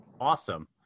Awesome